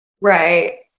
right